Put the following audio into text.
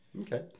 Okay